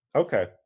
okay